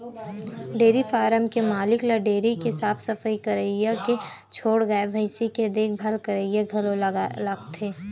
dairy farm के मालिक ल डेयरी के साफ सफई करइया के छोड़ गाय भइसी के देखभाल करइया घलो लागथे